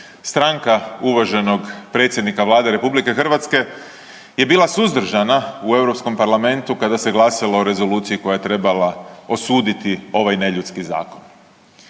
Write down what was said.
stranka uvaženog predsjednika Vlade RH je bila suzdržana u Europskom parlamentu kada se glasalo o rezoluciji koja je trebala osuditi ovaj neljudski zakon.